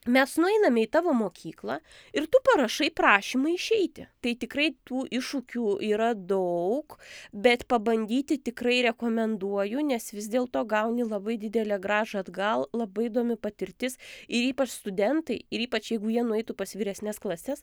mes nueiname į tavo mokyklą ir tu parašai prašymą išeiti tai tikrai tų iššūkių yra daug bet pabandyti tikrai rekomenduoju nes vis dėl to gauni labai didelę grąžą atgal labai įdomi patirtis ir ypač studentai ir ypač jeigu jie nueitų pas vyresnes klases